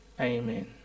Amen